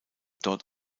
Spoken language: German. dort